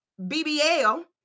BBL